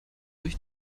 durch